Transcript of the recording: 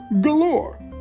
galore